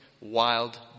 wild